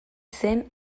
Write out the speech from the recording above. zen